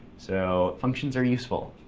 so functions are useful.